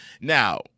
now